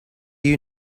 you